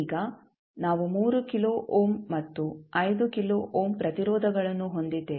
ಈಗ ನಾವು 3 kilo ohm ಮತ್ತು 5 ಕಿಲೋ ಓಮ್ ಪ್ರತಿರೋಧಗಳನ್ನು ಹೊಂದಿದ್ದೇವೆ